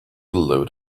load